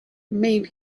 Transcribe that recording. made